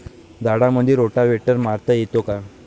झाडामंदी रोटावेटर मारता येतो काय?